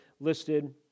listed